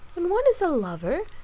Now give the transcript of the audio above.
when one is a lover,